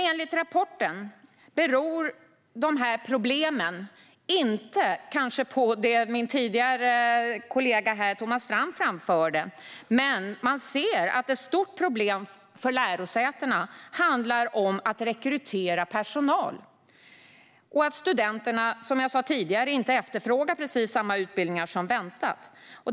Enligt rapporten beror problemet kanske inte på det min kollega Thomas Strand framförde här tidigare, men man ser att ett stort problem för lärosätena handlar om svårigheter att rekrytera personal och att studenterna inte efterfrågar precis de utbildningar man väntar sig.